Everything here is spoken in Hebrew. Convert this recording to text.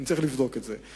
אני צריך לבדוק את זה.